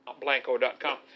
Blanco.com